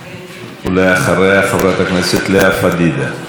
ואחריה, חברת הכנסת לאה פדידה.